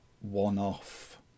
one-off